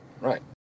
right